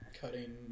Cutting